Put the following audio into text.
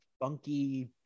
funky